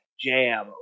jam